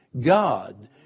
God